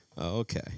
okay